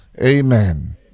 Amen